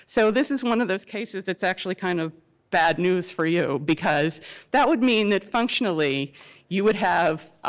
so this is one of those cases that's actually kind of bad news for you because that would mean that functionally you would have